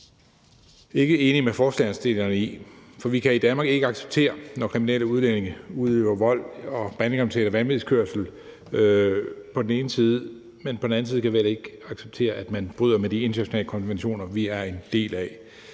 ikke enige med forslagsstillerne i, for vi kan i Danmark på den ene side ikke acceptere det, når kriminelle udlændinge udøver vold og bandekriminalitet og vanvidskørsel, men på den anden side kan vi heller ikke acceptere, at man bryder med de internationale konventioner, vi er en del af.